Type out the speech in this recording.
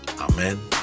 Amen